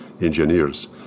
engineers